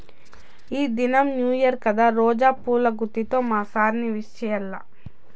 ఈ దినం new year కదా రోజా పూల గుత్తితో మా సార్ ని విష్ చెయ్యాల్ల